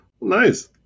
Nice